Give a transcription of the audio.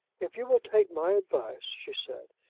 if you will take my advice, she said,